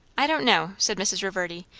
i don't know, said mrs. reverdy.